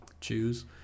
choose